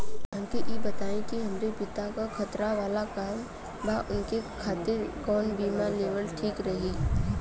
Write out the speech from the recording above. हमके ई बताईं कि हमरे पति क खतरा वाला काम बा ऊनके खातिर कवन बीमा लेवल ठीक रही?